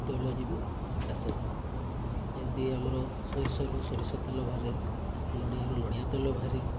ତୈଳଜୀବି ଚାଷ ଯେମିତି ଆମର ସୋରିଷରୁ ସୋରିଷ ତେଲ ବାହାରେ ନଡ଼ିଆରୁ ନଡ଼ିଆ ତେଲ ବାହାରେ